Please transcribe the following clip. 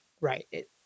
Right